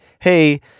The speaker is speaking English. hey